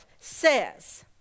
says